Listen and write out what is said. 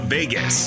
Vegas